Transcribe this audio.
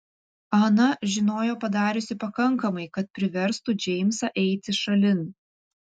ana žinojo padariusi pakankamai kad priverstų džeimsą eiti šalin